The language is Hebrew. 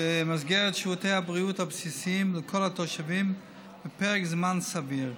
במסגרת שירותי הבריאות הבסיסיים לכל התושבים בפרק זמן סביר,